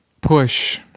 push